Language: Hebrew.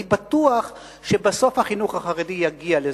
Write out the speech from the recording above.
אני בטוח שבסוף החינוך החרדי יגיע לזה.